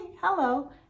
Hello